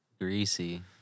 Greasy